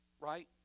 right